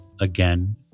again